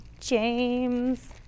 James